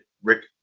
Rick